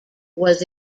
was